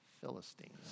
Philistines